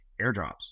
airdrops